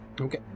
Okay